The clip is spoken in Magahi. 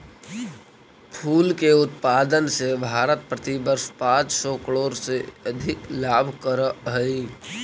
फूल के उत्पादन से भारत प्रतिवर्ष पाँच सौ करोड़ से अधिक लाभ करअ हई